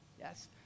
Yes